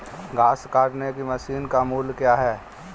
घास काटने की मशीन का मूल्य क्या है?